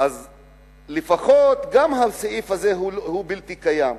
גם הסעיף הזה הוא בלתי קיים.